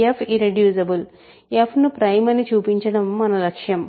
f irreducible f ను prime అని చూపించడం మన లక్ష్యం